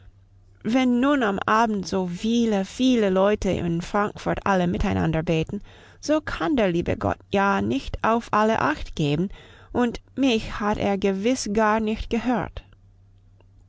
wenn nun am abend so viele viele leute in frankfurt alle miteinander beten so kann der liebe gott ja nicht auf alle acht geben und mich hat er gewiss gar nicht gehört